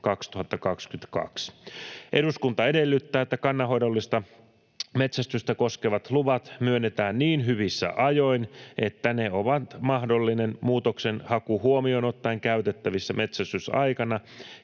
”Eduskunta edellyttää, että kannanhoidollista metsästystä koskevat luvat myönnetään niin hyvissä ajoin, että ne ovat mahdollinen muutoksenhaku huomioon ottaen käytettävissä metsästysaikana